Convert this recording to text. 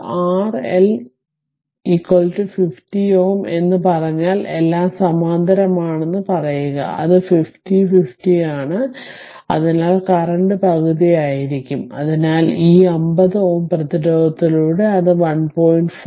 അത് R L 50 Ω എന്ന് പറഞ്ഞാൽ എല്ലാം സമാന്തരമാണെന്ന് പറയുക അത് 50 50 ആണ് അതിനാൽ കറന്റ് പകുതിയായിരിക്കും അതിനാൽ ഈ 50 Ω പ്രതിരോധത്തിലൂടെ അത് 1